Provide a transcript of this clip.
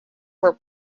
were